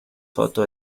photo